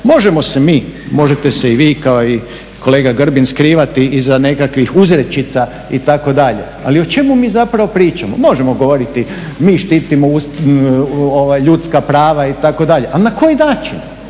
Možemo se mi, možete se i vi kao i kolega Grbin skrivati iza nekakvih uzrečica itd. ali o čemu mi zapravo pričamo? Možemo govoriti mi štitimo ljudska prava itd., ali na koji način?